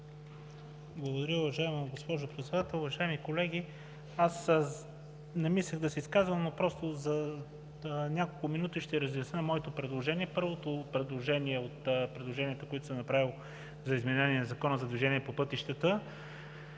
Благодаря, уважаема госпожо Председател. Уважаеми колеги, не мислех да се изказвам, но за няколко минути ще разясня моето предложение. Първото предложение от предложенията, които съм направил за изменение на Закона за движението по пътищата,